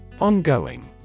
Ongoing